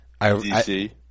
DC